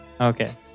Okay